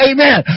Amen